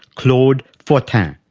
claude fortin.